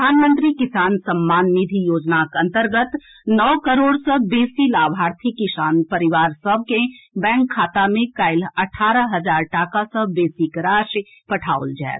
प्रधानमंत्री किसान सम्मान निधि योजनाक अन्तर्गत नओ करोड़ सँ बेसी लाभार्थी किसान परिवार सभ के बैंक खाता मे काल्हि अठारह हजार टाका सँ बेसीक राशि पठाओल जाएत